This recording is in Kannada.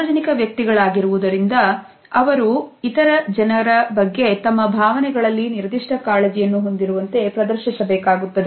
ಸಾರ್ವಜನಿಕ ವ್ಯಕ್ತಿಗಳ ಆಗಿರುವುದರಿಂದ ಅವರು ಇತರ ಜನರ ಬಗ್ಗೆ ತಮ್ಮ ಭಾವನೆಗಳಲ್ಲಿ ನಿರ್ದಿಷ್ಟ ಕಾಳಜಿಯನ್ನು ಹೊಂದಿರುವಂತೆ ಪ್ರದರ್ಶಿಸಬೇಕಾಗುತ್ತದೆ